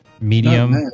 medium